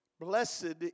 Blessed